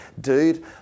dude